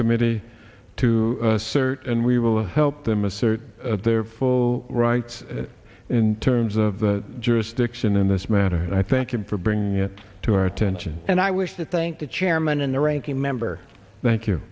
committee to sirte and we will help them assert their full rights in terms of the jurisdiction in this matter and i thank you for bringing it to our attention and i wish to thank the chairman and the ranking member thank you